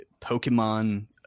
Pokemon